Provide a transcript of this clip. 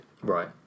Right